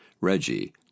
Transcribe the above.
Reggie